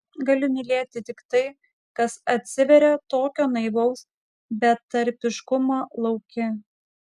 galiu mylėti tik tai kas atsiveria tokio naivaus betarpiškumo lauke